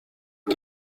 run